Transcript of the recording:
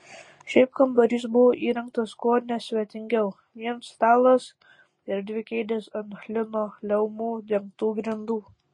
šiaip kambarys buvo įrengtas kuo nesvetingiau vien stalas ir dvi kėdės ant linoleumu dengtų grindų